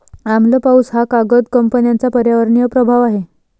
आम्ल पाऊस हा कागद कंपन्यांचा पर्यावरणीय प्रभाव आहे